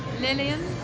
Lillian